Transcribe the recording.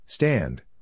Stand